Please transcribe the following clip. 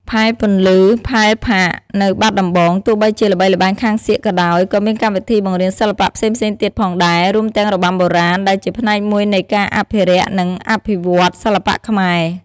ផែ ពន្លឺ ផេលផាកនៅបាត់ដំបង ទោះបីជាល្បីល្បាញខាងសៀកក៏ដោយ ក៏មានកម្មវិធីបង្រៀនសិល្បៈផ្សេងៗទៀតផងដែរ រួមទាំងរបាំបុរាណ ដែលជាផ្នែកមួយនៃការអភិរក្ស និងអភិវឌ្ឍន៍សិល្បៈខ្មែរ។